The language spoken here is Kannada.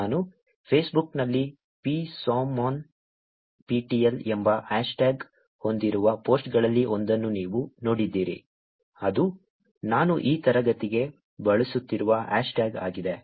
ನಾನು ಫೇಸ್ಬುಕ್ನಲ್ಲಿ psomonnptel ಎಂಬ ಹ್ಯಾಶ್ಟ್ಯಾಗ್ ಹೊಂದಿರುವ ಪೋಸ್ಟ್ಗಳಲ್ಲಿ ಒಂದನ್ನು ನೀವು ನೋಡಿದ್ದೀರಿ ಅದು ನಾನು ಈ ತರಗತಿಗೆ ಬಳಸುತ್ತಿರುವ ಹ್ಯಾಶ್ಟ್ಯಾಗ್ ಆಗಿದೆ